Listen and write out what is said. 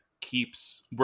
keeps